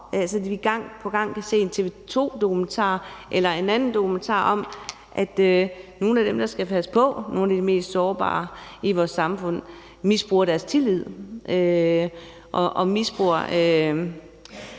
at vi gang på gang kan se en TV 2-dokumentar eller en anden dokumentar om, at nogle af dem, der skal passe på nogle af de mest sårbare i vores samfund, misbruger deres tillid og misbruger